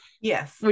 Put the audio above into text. Yes